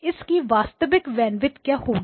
तो इसकी वास्तविक बैंडविड्थ क्या होगी